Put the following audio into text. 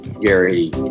Gary